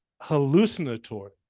hallucinatory